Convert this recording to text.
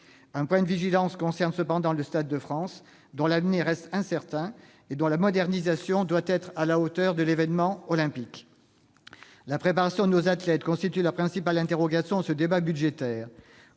Un point de vigilance concerne cependant le Stade de France, dont l'avenir reste incertain et dont la modernisation doit être à la hauteur de l'événement olympique. La préparation de nos athlètes constitue laprincipale interrogation de ce débat budgétaire.